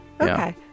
Okay